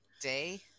day